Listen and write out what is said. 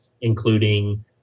including